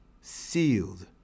sealed